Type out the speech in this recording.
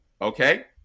Okay